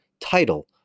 title